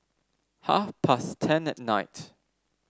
half past ten at night